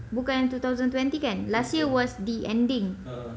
bukan yang two thousand twenty kan last year was the ending